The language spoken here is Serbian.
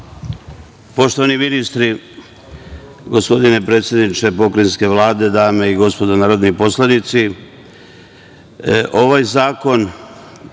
Poštovani ministri, gospodine predsedniče pokrajinske Vlade, dame i gospodo narodni poslanici, ovaj zakon